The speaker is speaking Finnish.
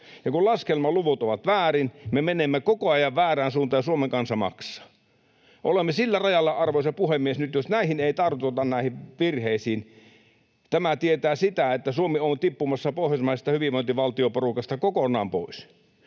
Ja kun laskelman luvut ovat väärin, me menemme koko ajan väärään suuntaan ja Suomen kansa maksaa. Olemme nyt sillä rajalla, arvoisa puhemies, että jos näihin virheisiin ei tartuta, tämä tietää sitä, että Suomi on tippumassa pohjoismaisesta hyvinvointivaltioporukasta kokonaan pois.